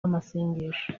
amasengesho